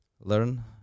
learn